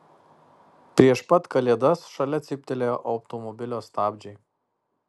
prieš pat kalėdas šalia cyptelėjo automobilio stabdžiai